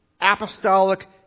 apostolic